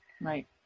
right